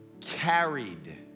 carried